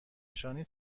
نشانی